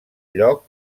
lloc